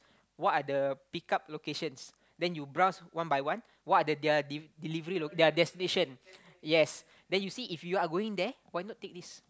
what are the pick up locations then you browse one by one what are the their de~ delivery loca~ their destination yes then you see if you are going there why not take this